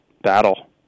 battle